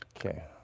Okay